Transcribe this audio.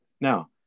Now